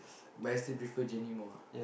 but I still prefer Jennie more ah